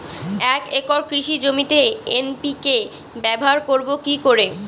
এক একর কৃষি জমিতে এন.পি.কে ব্যবহার করব কি করে?